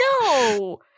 No